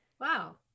Wow